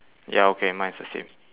ya okay mine's the same